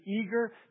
eager